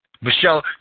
Michelle